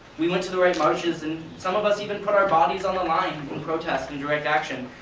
we went to the right marches, and some of us even put our bodies on the line in protest and direct action.